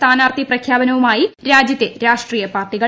സ്ഥാനാർത്ഥി പ്രഖ്യാപനവുമായി രാജ്യത്തെ രാഷ്ട്രീയ പാർട്ടികൾ